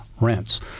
rents